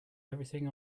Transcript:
everything